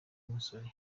musore